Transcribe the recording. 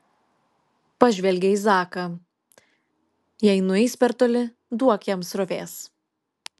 pažvelgė į zaką jei nueis per toli duok jam srovės